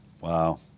Wow